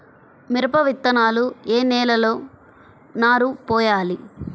మిరప విత్తనాలు ఏ నెలలో నారు పోయాలి?